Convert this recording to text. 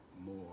more